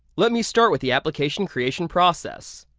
let me start with the application creation process.